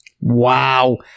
Wow